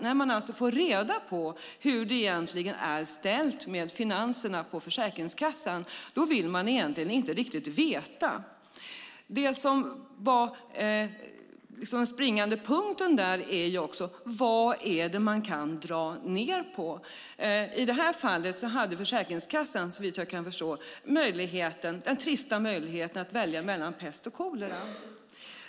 När man alltså får reda på hur det egentligen är ställt med finanserna på Försäkringskassan vill man egentligen inte riktigt veta det. Den springande punkten är också vad Försäkringskassan kan dra ned på. I det här fallet hade Försäkringskassan, såvitt jag kan förstå, den trista möjligheten att välja mellan pest och kolera.